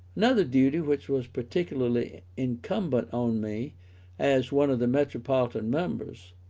another duty which was particularly incumbent on me as one of the metropolitan members,